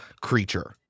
creature